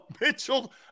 Mitchell